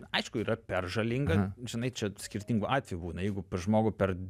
aišku yra per žalinga žinai čia skirtingų atvejų būna jeigu per žmogų per